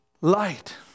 Light